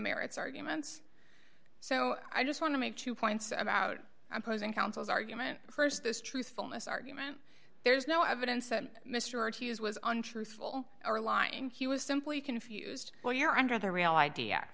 merits arguments so i just want to make two points about imposing counsel's argument st this truthfulness argument there's no evidence that mr hughes was untruthful or lying he was simply confused when you're under the real i